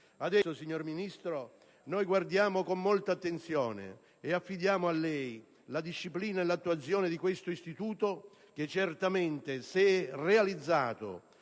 Adesso, signor Ministro, noi guardiamo con molta attenzione e affidiamo a lei la disciplina e l'attuazione dell'istituto delle reti di imprese che certamente, se realizzato